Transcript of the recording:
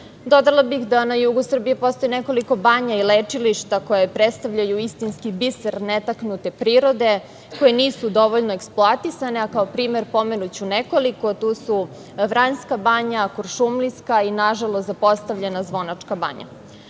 Dodala bih da na jugu Srbije postoji nekoliko banja i lečilišta koje predstavljaju istinski biser netaknute prirode, koje nisu dovoljno eksploatisane, a kao primer pomenuću nekoliko. Tu su Vranjska banja, Kuršumlijska i nažalost zapostavljena Zvonačka banja. Kao